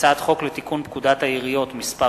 הצעת חוק לתיקון פקודת העיריות (מס'